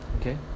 okay